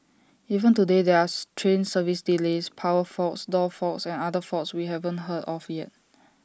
even today there are strain service delays power faults door faults and other faults we haven't heard of yet